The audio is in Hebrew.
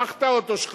קח את האוטו שלך,